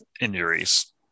injuries